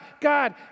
God